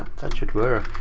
that should work.